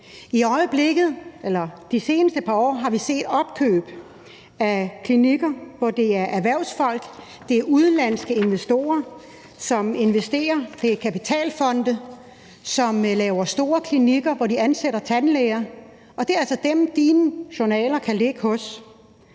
De seneste par år har vi set opkøb af klinikker, hvor det er erhvervsfolk, udenlandske investorer, som investerer, det er kapitalfonde, som laver store klinikker, hvor de ansætter tandlæger. Og det er altså dem, dine journaler kan ligge hos.